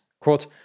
Quote